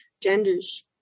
genders